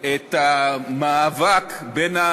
את המאבק בין,